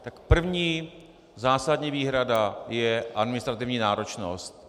Tak první zásadní výhrada je administrativní náročnost.